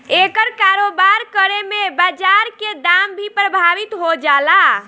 एकर कारोबार करे में बाजार के दाम भी प्रभावित हो जाला